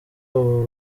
ubu